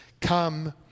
come